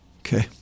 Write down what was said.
Okay